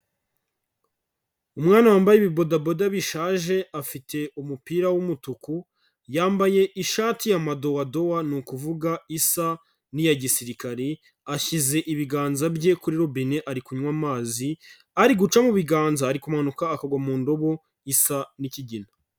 Umwana wambaye ibibodaboda bishaje afite umupira w'umutuku, yambaye ishati ya madowadowa ni ukuvuga isa n'iya gisirikare, ashyize ibiganza bye kuri rubine ari kunywa amazi, ari guca mu biganza ari kumanuka akagwa mu ndobo isa n'ikigina.